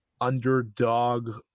underdog